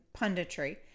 punditry